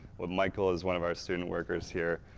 but michael is one of our student workers here,